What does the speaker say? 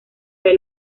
del